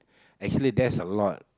actually there's a lot